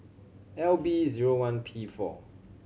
L B zero one P four